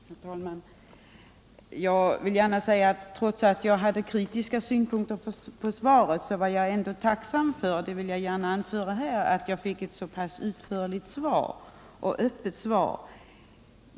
Herr talman! Jag vill här gärna säga att jag, trots att jag hade kritiska synpunkter på svaret, ändå var tacksam för att få ett så pass utförligt och öppet svar.